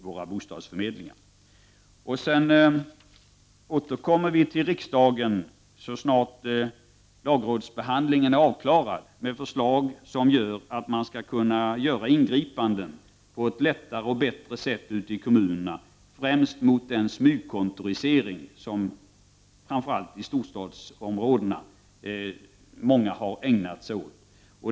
Vi återkommer så snart lagrådsbehandlingen är avklarad till riksdagen med förslag som innebär att man skall kunna göra ingripanden på ett lättare och bättre sätt ute i kommunerna, främst mot den smygkontorisering som många, framför allt i storstadsområdena, har ägnat sig åt.